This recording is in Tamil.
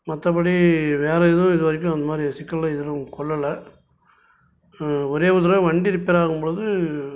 மற்றப்படி வேறு எதுவும் இதுவரைக்கும் அந்தமாதிரி சிக்கலும் எதிலும் கொள்ளலை ஒரே ஒரு தடவை வண்டி ரிப்பேர் ஆகும்போது